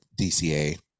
DCA